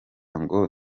ngo